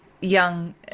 young